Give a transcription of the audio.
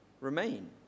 Remain